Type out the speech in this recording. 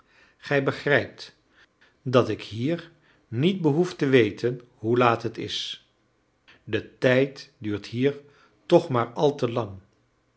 gij begrijpt dat ik hier niet behoef te weten hoe laat het is de tijd duurt hier toch maar al te lang